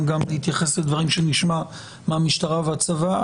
גם להתייחס לדברים שנשמע מהמשטרה והצבא,